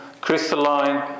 crystalline